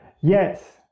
Yes